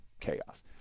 chaos